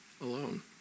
alone